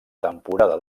temporada